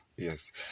Yes